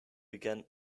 began